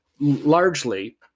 largely